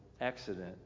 accident